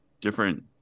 different